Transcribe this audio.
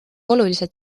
olulised